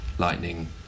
lightning